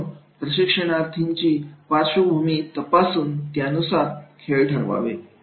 म्हणून प्रशिक्षणार्थीची पार्श्वभूमी तपासून त्यानुसार खेळ ठरवावे